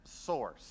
source